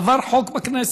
עבר חוק בכנסת.